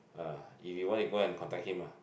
ah if you want you go and contact him lah